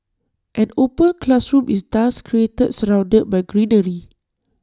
an open classroom is thus created surrounded by greenery